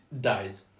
dies